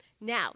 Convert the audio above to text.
Now